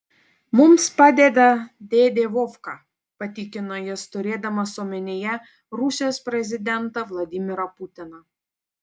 mums padeda dėdė vovka patikino jis turėdamas omenyje rusijos prezidentą vladimirą putiną